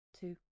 two